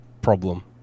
problem